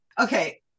okay